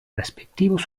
respectivos